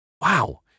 Wow